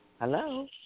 Hello